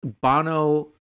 Bono